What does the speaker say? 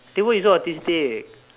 then why you so autistic